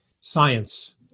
science